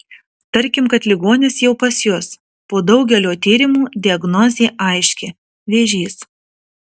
tarkim kad ligonis jau pas jus po daugelio tyrimų diagnozė aiški vėžys